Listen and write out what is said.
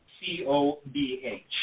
C-O-B-H